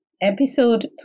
Episode